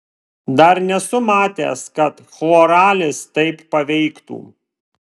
dar nesu matęs kad chloralis taip paveiktų